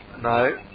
No